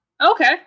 Okay